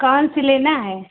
कौन सी लेना है